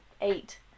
eight